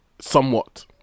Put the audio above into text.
Somewhat